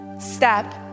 step